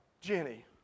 Jenny